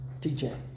TJ